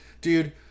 Dude